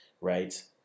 right